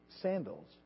sandals